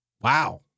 Wow